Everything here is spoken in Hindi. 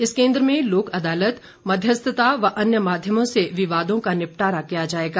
इस केन्द्र में लोक अदालत मध्यस्थता व अन्य माध्यमों से विवादो का निपटारा किया जाएगा